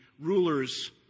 rulers